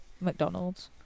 McDonald's